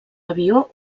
avió